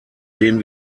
den